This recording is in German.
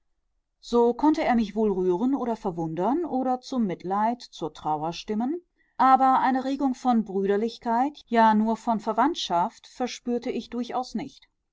so konnte er mich wohl rühren oder verwundern oder zum mitleid zur trauer stimmen aber eine regung von brüderlichkeit ja nur von verwandtschaft verspürte ich durchaus nicht